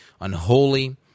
unholy